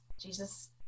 Jesus